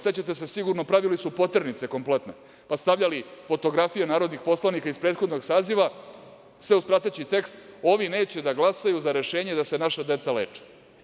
Sećate se sigurno pravili su poternice kompletno, pa stavljali fotografije narodnih poslanika iz prethodnog saziva, sve uz prateći tekst – ovi neće da glasaju za rešenje da se naša deca leče.